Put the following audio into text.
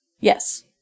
Yes